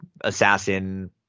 assassin